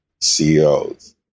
ceos